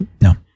No